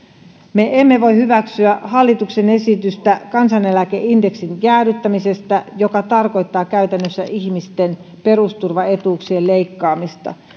me emme voi hyväksyä hallituksen esitystä kansaneläkeindeksin jäädyttämisestä joka tarkoittaa käytännössä ihmisten perusturvaetuuksien leikkaamista